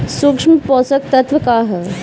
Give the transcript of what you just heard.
सूक्ष्म पोषक तत्व का ह?